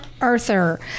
arthur